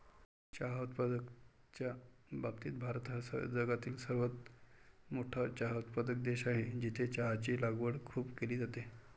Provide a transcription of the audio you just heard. चहा उत्पादनाच्या बाबतीत भारत हा जगातील सर्वात मोठा चहा उत्पादक देश आहे, जिथे चहाची लागवड खूप केली जाते